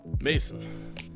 Mason